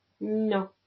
No